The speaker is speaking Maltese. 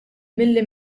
milli